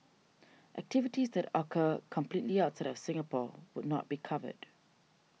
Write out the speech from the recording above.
activities that occur completely outside of Singapore would not be covered